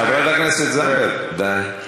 חברת הכנסת זנדברג, די.